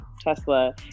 tesla